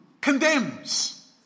condemns